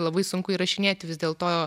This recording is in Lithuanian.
labai sunku įrašinėti vis dėlto